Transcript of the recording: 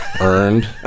earned